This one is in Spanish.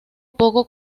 poco